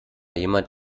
jemand